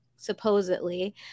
supposedly